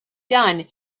done